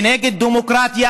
היא נגד דמוקרטיה,